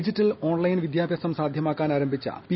digital online വിദ്യാഭ്യാസം സാധ്യമാക്കുന്നതിന് ആരംഭിച്ച പി